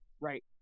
Right